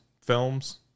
films